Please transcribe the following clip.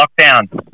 lockdown